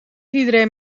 iedereen